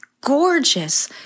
gorgeous